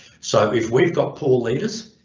so if we've got poor leaders,